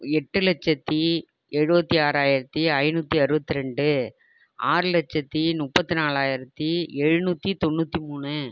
எட்டு லட்சத்தி எழுபத்தி ஆறாயிரத்தி ஐநூற்றி அறுபத்ரெண்டு ஆறு லட்சத்தி முப்பத்தி நாலாயிரத்தி எழுநூற்ரி தொண்ணூற்றி மூணு